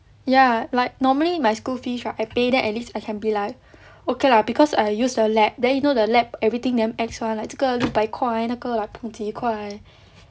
ya like normally my school fees right I pay then at least I can be like okay lah because I use the lab then you know the lab everything damn ex [one] like 这个六百块那个 like 不懂几块